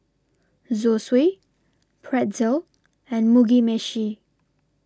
Zosui Pretzel and Mugi Meshi